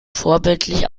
vorbildlich